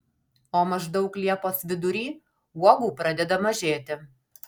o maždaug liepos vidury uogų pradeda mažėti